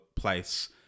place